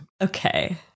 Okay